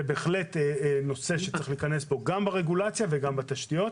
נושא שצריך להיכנס גם ברגולציה וגם בתשתיות.